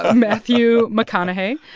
ah matthew mcconaughey.